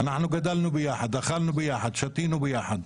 אנחנו גדלנו יחד, אכלנו יחד, שתינו יחד.